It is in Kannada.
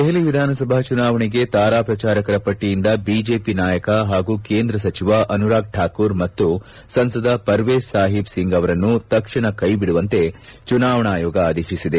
ದೆಹಲಿ ವಿಧಾನಸಭಾ ಚುನಾವಣೆಗೆ ತಾರಾ ಪ್ರಚಾರಕರ ಪಟ್ಟಿಯಿಂದ ಬಿಜೆಪಿ ನಾಯಕ ಹಾಗೂ ಕೇಂದ್ರ ಸಚಿವ ಅನುರಾಗ್ ಕಾಕೂರ್ ಮತ್ತು ಸಂಸದ ಪರ್ವೇಶ್ ಸಾಹಿಬ್ ಸಿಂಗ್ ಅವರನ್ನು ತಕ್ಷಣ ಕೈಬಿಡುವಂತೆ ಚುನಾವಣಾ ಆಯೋಗ ಆದೇಶಿಸಿದೆ